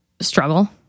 struggle